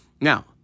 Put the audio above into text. Now